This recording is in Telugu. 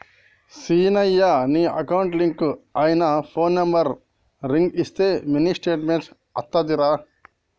సిన్నయ నీ అకౌంట్ లింక్ అయిన ఫోన్ నుండి రింగ్ ఇస్తే మినీ స్టేట్మెంట్ అత్తాదిరా